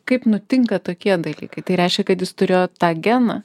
kaip nutinka tokie dalykai tai reiškia kad jis turėjo tą geną